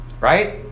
Right